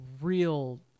real